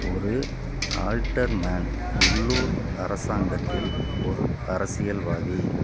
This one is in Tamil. ஒரு ஆல்ட்டர்மேன் உள்ளூர் அரசாங்கத்தில் ஒரு அரசியல்வாதி